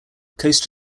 coast